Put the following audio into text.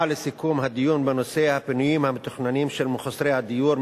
הצעה לסיכום הדיון בנושא הפינויים המתוכננים של מחוסרי הדיור,